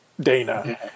Dana